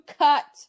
cut